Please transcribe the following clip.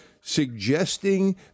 suggesting